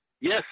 Yes